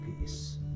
peace